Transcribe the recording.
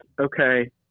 okay